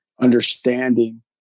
understanding